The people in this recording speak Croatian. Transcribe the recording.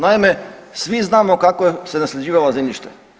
Naime, svi znamo kako se nasljeđivalo zemljište.